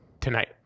tonight